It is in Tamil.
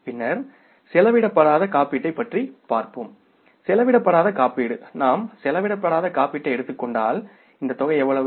பின்னர் செலவிடப்படாத காப்பீட்டைப் பற்றி பாப்போம்செலவிடப்படாத காப்பீடு நாம் செலவிடப்படாத காப்பீட்டை எடுத்துக் கொண்டால் இந்த தொகை எவ்வளவு